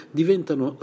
diventano